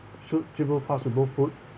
shoot triple pass with both foot